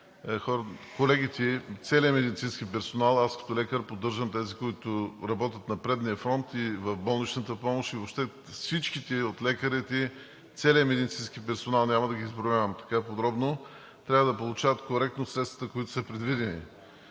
колегите, целият медицински персонал, аз като лекар поддържам тези, които работят на предния фронт и в болничната помощ, и всички лекари, целият медицински персонал, няма да ги изброявам подробно, трябва да получават средствата, които са предвидени.